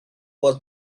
was